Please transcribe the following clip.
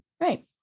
Right